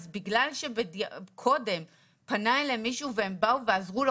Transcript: אז בגלל שקודם פנה אליהם מישהו והם באו ועזרו לו,